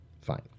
Fine